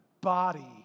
body